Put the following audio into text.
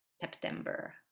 September